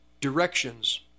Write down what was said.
directions